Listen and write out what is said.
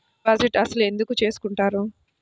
Deposit అసలు ఎందుకు చేసుకుంటారు?